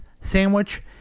sandwich